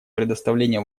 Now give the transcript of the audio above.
предоставление